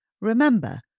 Remember